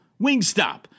Wingstop